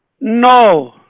No